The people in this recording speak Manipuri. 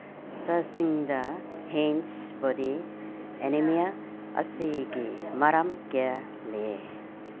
ꯁꯥꯁꯤꯡꯗ ꯍꯦꯟꯁ ꯕꯣꯗꯤ ꯑꯦꯅꯦꯃꯤꯌꯥ ꯑꯁꯤꯒꯤ ꯃꯔꯝ ꯀꯌꯥ ꯂꯩꯌꯦ